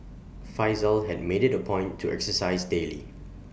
Faisal had made IT A point to exercise daily